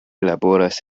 laboras